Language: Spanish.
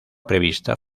prevista